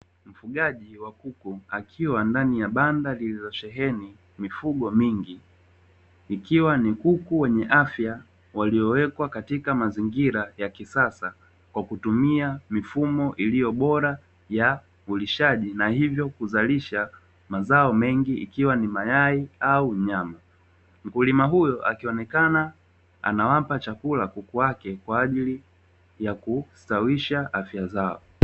Mfugaji wa kuku akiwa ndani ya banda lililosheheni mifugo mingi, ikiwa ni kuku wenye afya waliowekwa katika mazingira ya kisasa kwa kutumia mifumo iliyo bora ya ulishaji na hivyo kuzalisha mazao mengi; ikiwa ni mayai au nyama. Mkulima huyo akionekana anawapa chakula kuku wake kwa ajili ya kustawisha afya zao.